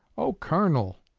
oh, colonel,